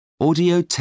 Audio